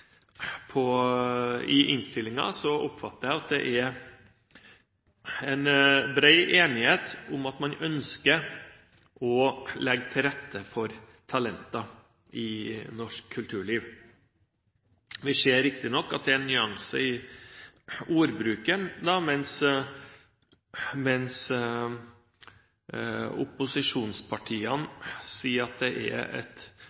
i innstillingen, oppfatter jeg at det er en bred enighet om at man ønsker å legge til rette for talenter i norsk kulturliv. Vi ser riktignok at det er nyanser i ordbruken. Mens opposisjonspartiene sier at det er et